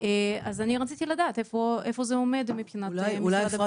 אז רציתי לדעת איפה זה עומד מבחינת משרד הבריאות.